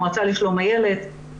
המועצה לשלום הילד,